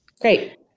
Great